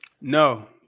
No